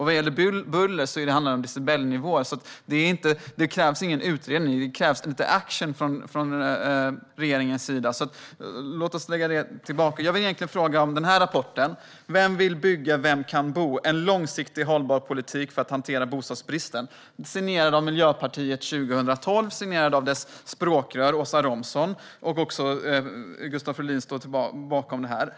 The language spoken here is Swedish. Vad gäller buller handlar det om decibelnivå, så det krävs ingen utredning, utan det krävs lite action från regeringens sida. Jag vill ställa några frågor om rapporten Vem vill bygga? Vem kan bo? En långsiktigt hållbar politik för att hantera bostadsbristen signerad 2012 av Miljöpartiets dåvarande språkrör Åsa Romson. Även Gustav Fridolin stod bakom rapporten.